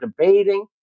debating